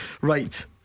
Right